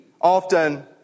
often